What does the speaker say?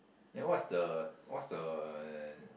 then what is the what's the